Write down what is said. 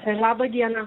laba diena